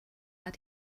that